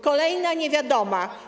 Kolejna niewiadoma.